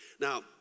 Now